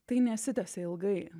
tai nesitęsė ilgai